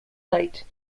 light